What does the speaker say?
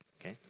Okay